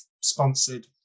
sponsored